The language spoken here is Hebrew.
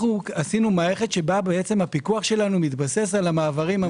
שעשינו מערכת שהפיקוח שלנו מתבסס על המעברים-